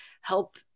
help